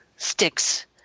Sticks